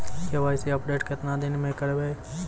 KYC update केतना दिन मे करेबे यो?